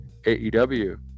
AEW